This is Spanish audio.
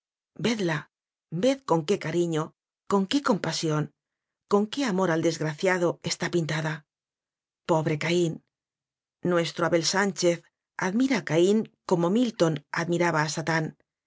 vedla ved con qué cariño con qué compa sión con qué amor al desgraciado está pin tada pobre caín nuestro abel sánchez ad mira a caín como milton admiraba a satán